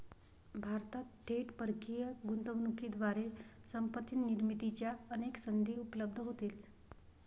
भारतात थेट परकीय गुंतवणुकीद्वारे संपत्ती निर्मितीच्या अनेक संधी उपलब्ध होतील